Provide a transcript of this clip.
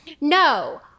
no